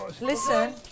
Listen